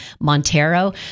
Montero